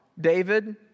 David